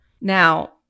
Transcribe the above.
Now